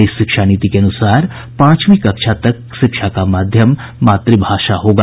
इस शिक्षा नीति के अनुसार पांचवीं कक्षा तक शिक्षा का माध्यम मातृभाषा होगी